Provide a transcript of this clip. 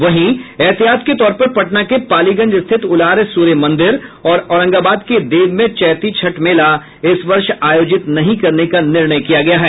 वहीं एहतियात के तौर पर पटना के पालीगंज स्थित उलार सूर्य मंदिर और औरंगाबाद के देव में चैती छठ मेला इस वर्ष आयोजित नहीं करने का निर्णय किया गया है